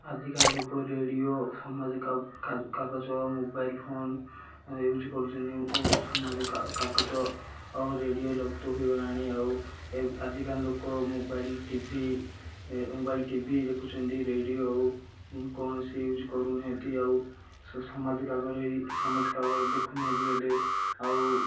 ଆଜିକା ଲୋକ ରେଡ଼ିଓ ସମାଜ କାଗଜ ଓ ମୋବାଇଲ୍ ଫୋନ୍ ୟୁଜ୍ କରୁଛନ୍ତି ଓ ସମାଜ କାଗଜ ଆଉ ରେଡ଼ିଓ ଲୁପ୍ତ ହୋଇଗଲାଣି ଆଉ ଆଜିକା ଲୋକ ମୋବାଇଲ୍ ଟିଭି ମୋବାଇଲ୍ ଟିଭି ଦେଖୁଛନ୍ତି ରେଡ଼ିଓ ଆଉ କୌଣସି ୟୁଜ୍ କରୁନାହାଁନ୍ତି ଆଉ ସମାଜ କାଗଜ ହୋଇ ସମାଜ କାଗଜ ଦେଖୁନାହାନ୍ତି ହେଲେ ଆଉ